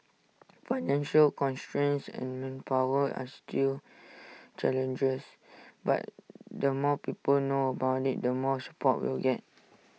financial constraints and manpower are still challenges but the more people know about IT the more support we'll get